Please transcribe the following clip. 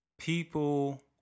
People